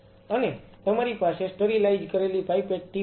અને તમારી પાસે સ્ટરીલાઈઝ કરેલી પાઇપેટ ટીપ છે